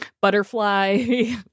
butterfly